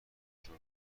جون